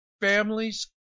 families